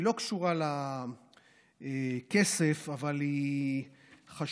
היא לא קשורה לכסף, אבל היא חשובה.